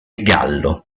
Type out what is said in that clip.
gallo